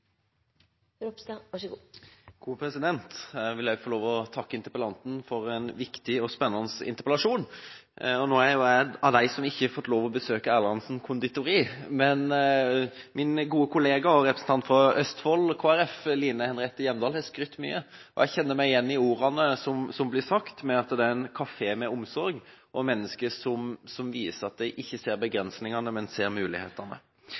jeg en av dem som ikke har fått besøkt Erlandsens Conditori, men min gode kollega og representant for Østfold Kristelig Folkeparti, Line Henriette Hjemdal, har skrytt mye, og jeg kjenner meg igjen i ordene som ble sagt om at det er en kafé med omsorg og med mennesker som viser at de ikke ser begrensningene, men mulighetene.